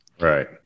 Right